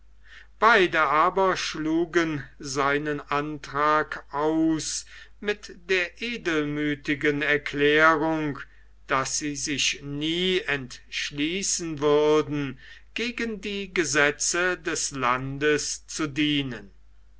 beide aber schlugen seinen antrag aus mit der edelmüthigen erklärung daß sie sich nie entschließen würden gegen die gesetze des landes zu dienen